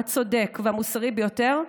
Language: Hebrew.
הצודק והמוסרי ביותר,